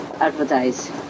advertise